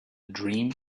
dream